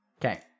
Okay